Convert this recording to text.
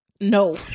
No